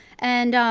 and